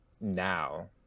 now